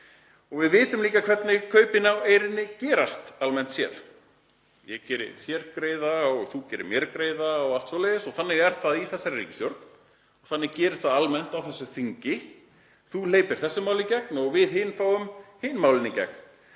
Við vitum líka hvernig kaupin á eyrinni gerast almennt séð; ég geri þér greiða og þú gerir mér greiða, og allt svoleiðis. Þannig er það í þessari ríkisstjórn og þannig gerist það almennt á þessu þingi; þú hleypir þessu máli í gegn og við fáum hin málin í gegn.